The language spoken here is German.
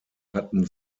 hatten